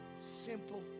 simple